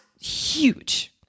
huge